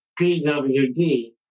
PWD